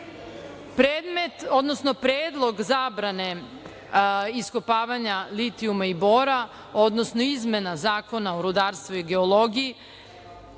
predmet, odnosno predlog zabrane iskopavanja litijuma i bora, odnosno izmena Zakona o rudarstvu i geologiji